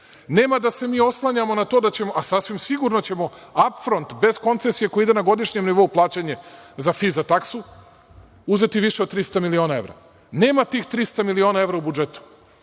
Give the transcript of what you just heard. Nema da se mi oslanjamo na to, a sasvim sigurno ćemo, „ap front“, bez koncesije, koja ide na godišnjem nivou plaćanje za „fi“ za taksu uzeti više od 300 miliona evra. Nema tih 300 miliona evra u budžetu.